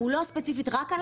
לא ספציפית רק על